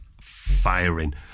firing